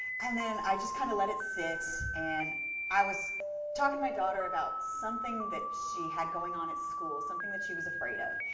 and then i just kind of let it sit. and i was talking to my daughter about something that she had going on at school, something that she was afraid of.